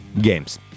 games